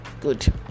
Good